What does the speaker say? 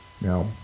now